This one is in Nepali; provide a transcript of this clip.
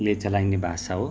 ले चलाइने भाषा हो